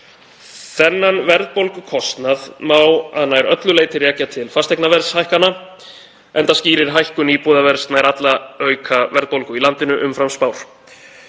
Þennan verðbólgukostnað má að nær öllu leyti rekja til fasteignaverðshækkana, enda skýrir hækkun íbúðaverðs nær alla aukaverðbólgu í landinu umfram spár.